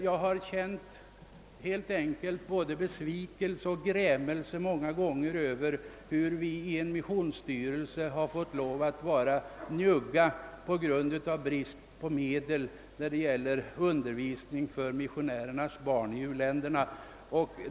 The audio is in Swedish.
Jag har många gånger känt både besvikelse och grämelse över att vi i en missionsstyrelse tvingats visa återhållsamhet av brist på medel till undervisning för missionärernas barn i u-länderna.